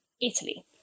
Italy